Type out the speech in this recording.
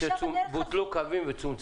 את רוצה להגיד לי שבוטלו קווים או צומצמו?